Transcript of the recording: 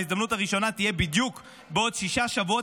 וההזדמנות הראשונה תהיה בדיוק בעוד שישה שבועות,